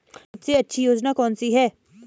सबसे अच्छी योजना कोनसी है?